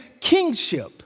kingship